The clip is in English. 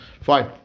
Fine